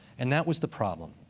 and that was the problem.